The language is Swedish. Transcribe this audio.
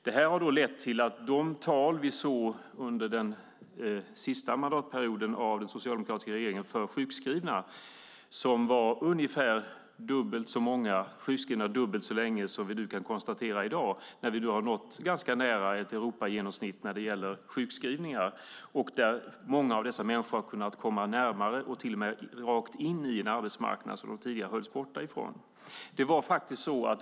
Det här har lett till att de tal vi såg under den sista mandatperioden för den socialdemokratiska regeringen för sjukskrivna var ungefär dubbelt så många sjukskrivna dubbelt så länge som vi kan konstatera i dag, när vi nu har nått nära ett Europagenomsnitt. Många av dessa människor har kommit närmare och till och med rakt in i en arbetsmarknad som de tidigare hölls borta från.